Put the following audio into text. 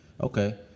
Okay